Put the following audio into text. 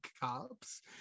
cops